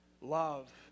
love